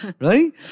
Right